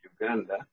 Uganda